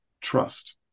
trust